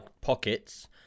pockets